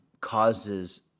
causes